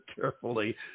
carefully